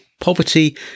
poverty